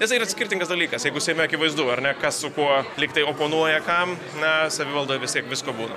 nes tai yra skirtingas dalykas jeigu seime akivaizdu ar ne kas su kuo liktai oponuoja kam na savivaldoje vis tiek visko būna